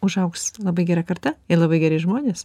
užaugs labai gera karta ir labai geri žmonės